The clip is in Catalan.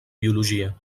biologia